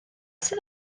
sydd